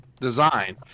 design